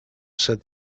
said